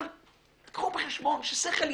אבל קחו בחשבון ששכל ישר,